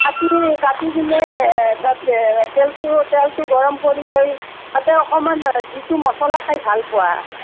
কাটি কাটি কিনে এ তাত তেলটো তেলটো গৰম কৰি লৈ তাতে অকণমান যিটো মছলা খাই ভাল পোৱা